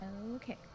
Okay